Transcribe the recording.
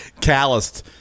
calloused